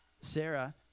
Sarah